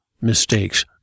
mistakes